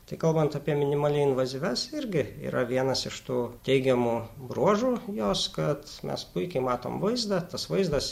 tik kalbant apie minimaliai invazyvias irgi yra vienas iš tų teigiamų bruožų jos kad mes puikiai matom vaizdą tas vaizdas